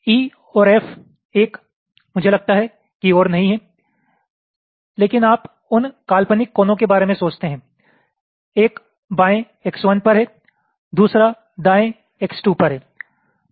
E और F एक मुझे लगता है कि और नही हैं लेकिन आप उन काल्पनिक कोनो के बारे में सोचते हैं एक बाएं X1 पर है दूसरा दाएं X2 पर है